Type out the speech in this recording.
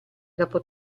dopo